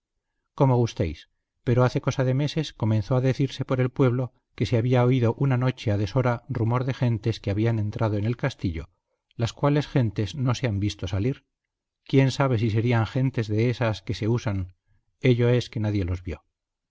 como gustéis pero hace cosa de meses comenzó a decirse por el pueblo que se había oído una noche a deshora rumor de gentes que habían entrado en el castillo las cuales gentes no se han visto salir quién sabe si serían gentes de estas que se usan ello es que nadie los vio